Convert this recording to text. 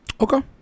Okay